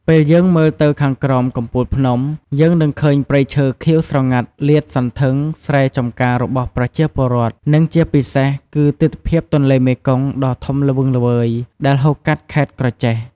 ពេលយើងមើលទៅខាងក្រោមកំពូលភ្នំ យើងនឹងឃើញព្រៃឈើខៀវស្រងាត់លាតសន្ធឹង ស្រែចំការរបស់ប្រជាពលរដ្ឋ និងជាពិសេសគឺ ទិដ្ឋភាពទន្លេមេគង្គដ៏ធំល្វឹងល្វើយ ដែលហូរកាត់ខេត្តក្រចេះ ។